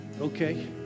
Okay